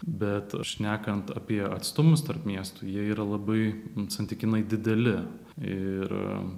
bet šnekant apie atstumus tarp miestų jie yra labai santykinai dideli ir